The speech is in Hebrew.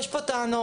עולות פה טענות.